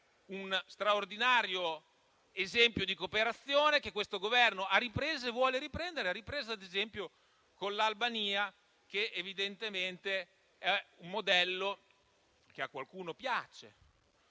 uno straordinario esempio di cooperazione, che questo Governo vuole riprendere e che ha ripreso, ad esempio, con l'Albania. Evidentemente è un modello che a qualcuno piace,